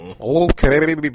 Okay